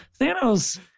Thanos